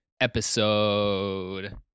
episode